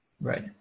Right